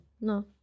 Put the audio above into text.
No